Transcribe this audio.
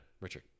Richard